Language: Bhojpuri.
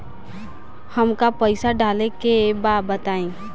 हमका पइसा डाले के बा बताई